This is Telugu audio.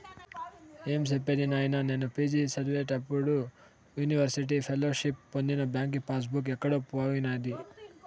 ఏం సెప్పేది నాయినా, నేను పి.జి చదివేప్పుడు యూనివర్సిటీ ఫెలోషిప్పు పొందిన బాంకీ పాస్ బుక్ ఎక్కడో పోయినాది